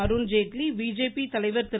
Arun Jaitley BJP தலைவர் திரு